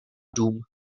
dům